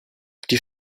die